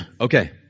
Okay